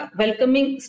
welcoming